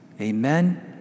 Amen